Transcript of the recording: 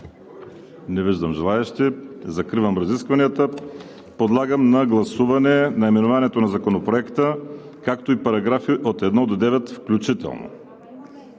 Не виждам. Закривам разискванията. Подлагам на гласуване наименованието на Законопроекта, както и параграфи от 1 до 8 включително.